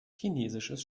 chinesisches